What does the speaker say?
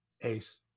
Ace